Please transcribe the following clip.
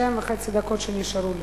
שתיים וחצי דקות שנשארו לי.